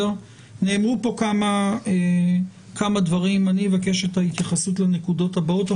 נאמרו כאן כמה דברים ואני אבקש את ההתייחסות לנקודות הבאות.